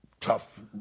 tough